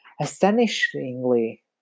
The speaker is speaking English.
Astonishingly